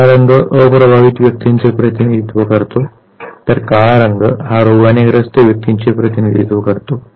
निळा रंग अप्रभावित व्यक्तींचे प्रतिनिधित्व करतो तर काळा रंग हा रोगाने ग्रस्त व्यक्तींचे प्रतिनिधित्व करतो